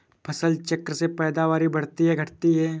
फसल चक्र से पैदावारी बढ़ती है या घटती है?